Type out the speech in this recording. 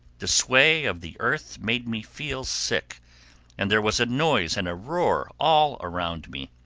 the sway of the earth made me feel sick and there was a noise and a roar all around me.